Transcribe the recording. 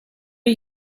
are